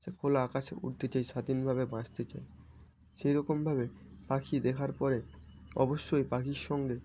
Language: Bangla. সে খোলা আকাশে উড়তে চায় স্বাধীনভাবে বাঁচতে চায় সেই রকমভাবে পাখি দেখার পরে অবশ্যই পাখির সঙ্গে